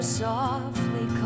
softly